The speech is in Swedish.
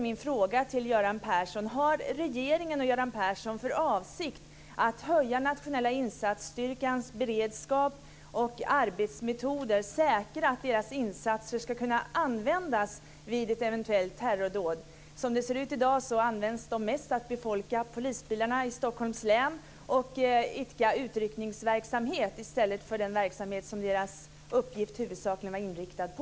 Har regeringen och Göran Persson för avsikt att höja Nationella insatsstyrkans beredskap och förbättra deras arbetsmetoder för att säkra att deras insatser ska kunna användas vid ett eventuellt terrordåd? Som det ser ut i dag används de mest för att befolka polisbilarna i Stockholms län och idka utryckningsverksamhet i stället för den verksamhet deras uppgift i huvudsak är inriktad på.